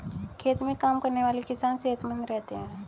खेत में काम करने वाले किसान सेहतमंद रहते हैं